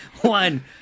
one